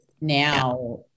now